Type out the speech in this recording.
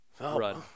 run